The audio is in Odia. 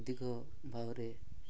ଅଧିକ ଭାବରେ